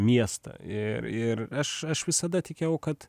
miestą ir ir aš aš visada tikėjau kad